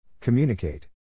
Communicate